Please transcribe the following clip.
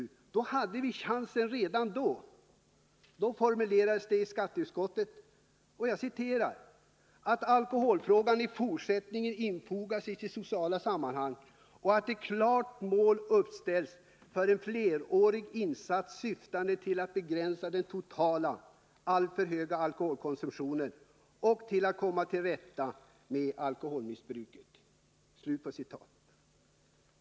Redan då hade vi chansen att åstadkomma en ändring. I skatteutskottet uttalade man att alkoholfrågorna i fortsättningen infogas i sitt sociala 67 sammanhang och att ett klart mål uppställs för en flerårig insats syftande till att begränsa den totala, alltför höga alkoholkonsumtionen och till att komma till rätta med alkoholmissbruket.